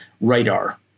radar